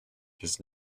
his